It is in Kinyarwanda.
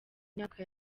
myaka